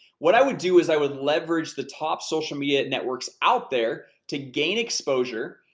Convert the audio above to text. what i would do is i would leverage the top social media networks out there, to gain exposure.